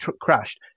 crashed